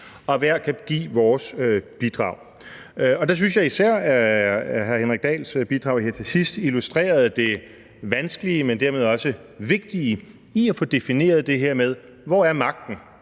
vi hver kan give vores bidrag. Der synes jeg, at især hr. Henrik Dahls bidrag her til sidst illustrerede det vanskelige, men dermed også vigtige i at få defineret det her med: Hvor er magten?